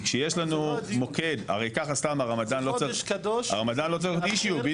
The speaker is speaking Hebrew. הרמדאן לא צריך אישיו.